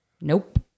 Nope